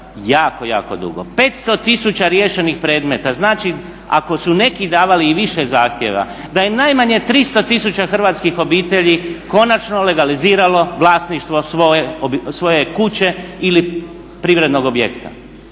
jako, jako drugo. 500 tisuća riješenih predmeta. Znači ako su neki davali i više zahtjeva da je najmanje 300 tisuća hrvatskih obitelji konačno legaliziralo vlasništvo svoje kuće ili privrednog objekta.